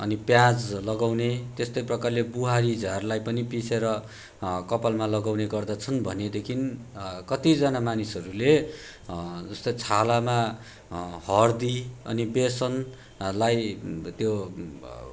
अनि प्याज लगाउने त्यस्तै प्रकारले बुहारीझारलाई पनि पिसेर कपालमा लगाउने गर्दछन् भनेदेखि कतिजना मानिसहरूले जस्तै छालामा हर्दी अनि बेसनलाई त्यो